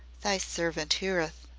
thy servant eareth.